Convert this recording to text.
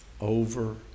over